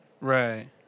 Right